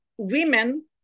women